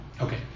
Okay